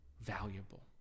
valuable